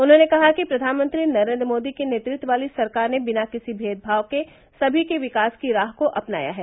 उन्होंने कहा कि प्रधानमंत्री नरेन्द्र मोदी के नेतृत्व वाली सरकार ने बिना किसी मेदभाव के समी के विकास की राह को अपनाया है